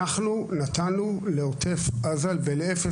אנחנו נתנו לעוטף עזה ול-40-0